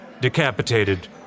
decapitated